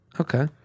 Okay